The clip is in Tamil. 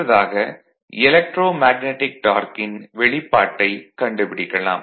அடுத்ததாக எலக்ட்ரோமேக்னடிக் டார்க்கின் வெளிப்பாட்டைக் கண்டுபிடிக்கலாம்